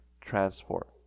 transport